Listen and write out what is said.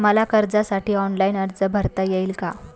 मला कर्जासाठी ऑनलाइन अर्ज भरता येईल का?